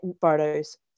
photos